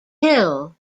hill